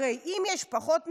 הרי אם יש פחות מקבלים,